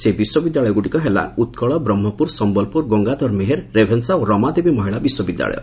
ସେ ବିଶ୍ୱବିଦ୍ୟାଳୟଗୁଡ଼ିକ ହେଲା ଉକ୍କଳ ବ୍ରହ୍କପୁର ସମ୍ଲପୁର ଗଙ୍ଗାଧର ମେହର ରେଭେନ୍ସା ଓ ରମାଦେବୀ ମହିଳା ବିଶ୍ୱବିଦ୍ୟାଳୟ